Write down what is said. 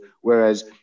whereas